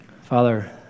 Father